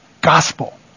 gospel